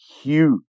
huge